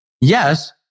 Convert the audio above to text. Yes